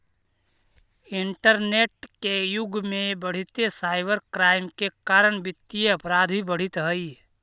internet के युग में बढ़ीते साइबर क्राइम के कारण वित्तीय अपराध भी बढ़ित हइ